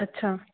अच्छा